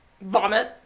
Vomit